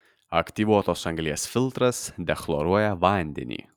aktyvuotos anglies filtras dechloruoja vandenį